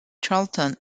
charlton